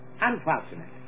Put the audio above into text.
Unfortunate